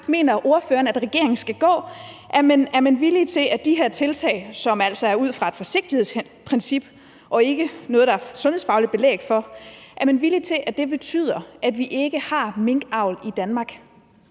mener ordføreren at regeringen skal gå? Er man villig til, at de her tiltag – som altså er indført ud fra et forsigtighedsprincip og ikke ud fra noget, der er sundhedsfagligt belæg for – betyder, at vi ikke har minkavl i Danmark?